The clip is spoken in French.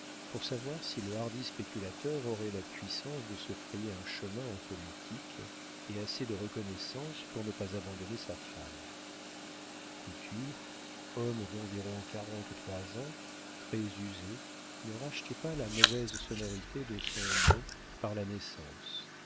pour savoir si le hardi spéculateur aurait la puissance de se frayer un chemin en politique et assez de reconnaissance pour ne pas abandonner sa femme couture homme d'environ quarante-trois ans très usé ne rachetait pas la mauvaise sonorité de son nom par la naissance